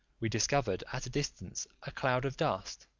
we discovered at a distance a cloud of dust,